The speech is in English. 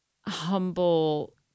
humble